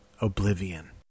oblivion